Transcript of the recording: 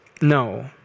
No